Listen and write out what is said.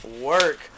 work